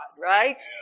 right